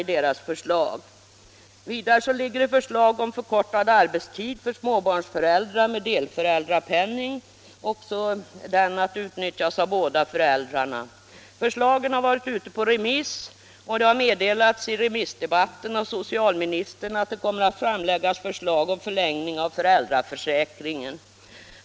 Vidare föreligger förslag om förkortad arbetstid för småbarnsföräldrar med delföräldrapenning, också den att utnyttjas av båda föräldrarna. Förslagen har varit ute på remiss, och i. den allmänpolitiska debatten meddelade socialministern att det kommer att framläggas förslag om förlängning av föräldraförsäkringen.